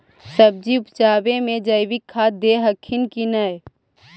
सब्जिया उपजाबे मे जैवीक खाद दे हखिन की नैय?